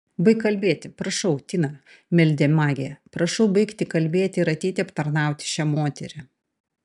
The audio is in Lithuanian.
baik kalbėti prašau tina meldė magė prašau baigti kalbėti ir ateiti aptarnauti šią moterį